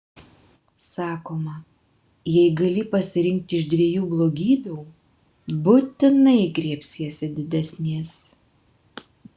sakoma jei gali pasirinkti iš dviejų blogybių būtinai griebsiesi didesnės